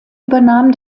übernahm